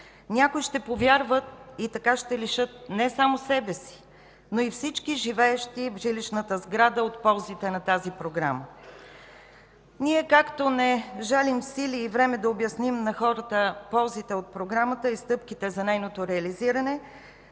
Някои ще повярват и така ще лишат не само себе си, но и всички живеещи в жилищната сграда от ползите на тази програма. Ние, както не жалим сили и време да обясним на хората ползите от програмата и стъпките по нейното реализиране,